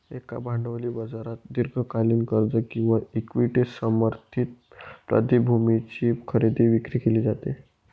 एका भांडवली बाजारात दीर्घकालीन कर्ज किंवा इक्विटी समर्थित प्रतिभूतींची खरेदी विक्री केली जाते